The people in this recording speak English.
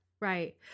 Right